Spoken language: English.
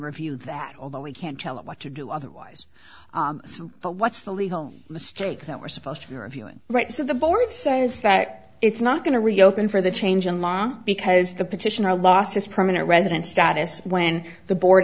review that although we can't tell it what to do otherwise but what's the legal mistake that we're supposed to be reviewing rights of the board says that it's not going to reopen for the change in law because the petitioner lost his permanent resident status when the board